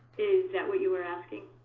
is that what you were asking?